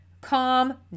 Calm